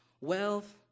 wealth